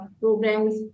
programs